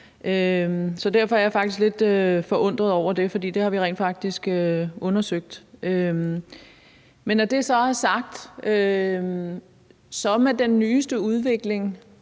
Så derfor er jeg faktisk lidt forundret over det. For det har vi rent faktisk undersøgt. Men når det så er sagt, er der, som jeg